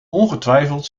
ongetwijfeld